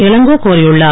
இளங்கோ கோரியுள்ளார்